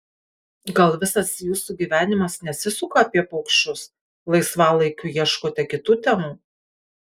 gal visas jūsų gyvenimas nesisuka apie paukščius laisvalaikiu ieškote kitų temų